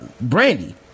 Brandy